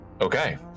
Okay